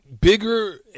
Bigger